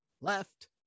left